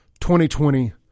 2020